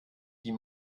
die